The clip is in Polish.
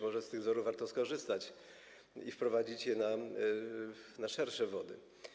Może z tych wzorów warto skorzystać i wprowadzić je na szersze wody.